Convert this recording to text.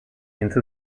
into